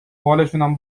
بالشونم